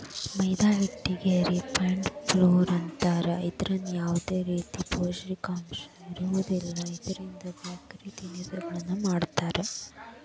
ಮೈದಾ ಹಿಟ್ಟಿಗೆ refined flour ಅಂತಾರ, ಇದ್ರಾಗ ಯಾವದೇ ರೇತಿ ಪೋಷಕಾಂಶಗಳು ಇರೋದಿಲ್ಲ, ಇದ್ರಿಂದ ಬೇಕರಿ ತಿನಿಸಗಳನ್ನ ಮಾಡ್ತಾರ